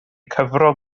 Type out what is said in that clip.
cyfrol